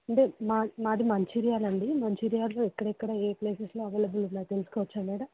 అండి మా మాది మంచిర్యాల అండి మంచిర్యాలలో ఎక్కడెక్కడ ఏ ప్లేసెస్లో అవైలబుల్ ఉన్నాయో తెలుసుకోవచ్చా మేడం